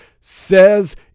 says